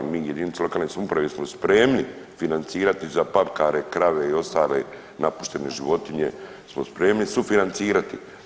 Mi, jedinice lokalne samouprave smo spremni financirati za papkare, krave i ostale napuštene životinje smo spremni sufinancirati.